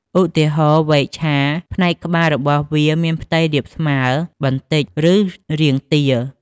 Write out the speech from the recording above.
ឧទារហណ៍ វែកឆា ផ្នែកក្បាលរបស់វាមានផ្ទៃរាបស្មើបន្តិច ឬរាងទាល។